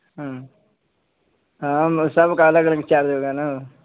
ہوں سب کا الگ الگ چارج ہوگا نا